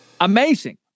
Amazing